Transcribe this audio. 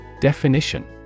Definition